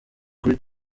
kuri